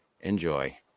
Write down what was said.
Enjoy